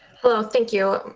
hello, thank you.